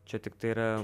čia tiktai yra